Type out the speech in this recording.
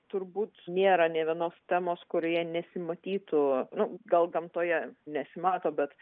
turbūt nėra nė vienos temos kurioje nesimatytų nu gal gamtoje nesimato bet